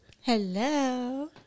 Hello